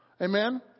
amen